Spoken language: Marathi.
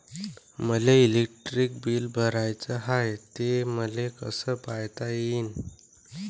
मले इलेक्ट्रिक बिल भराचं हाय, ते मले कस पायता येईन?